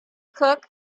cook